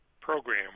program